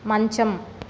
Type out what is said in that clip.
మంచం